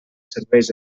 serveis